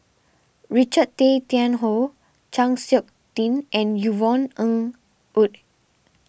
Richard Tay Tian Hoe Chng Seok Tin and Yvonne Ng Uhde